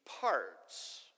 parts